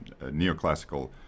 neoclassical